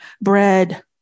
bread